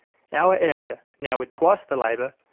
our area, now with twice the labour,